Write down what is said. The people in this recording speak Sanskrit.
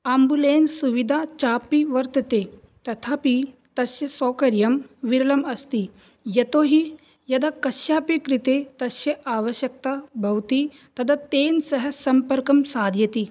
आम्बुलेन्स् सुविधा चापि वर्तते तथापि तस्य सौकर्यं विरलमस्ति यतोऽहि यदा कस्यापि कृते तस्य आवश्यकता भवति तदा तेन सह सम्पर्कं साधयति